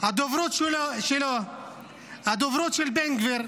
הדוברות שלו, הדוברות של בן גביר,